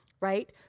right